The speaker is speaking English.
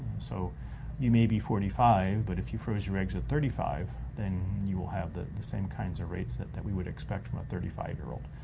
so you may be forty five, but if you freeze your eggs at thirty five, then you will have the the same kinds of rates that that we would expect from a thirty five year old,